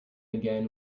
again